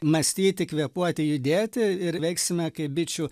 mąstyti kvėpuoti judėti ir veiksime kaip bičių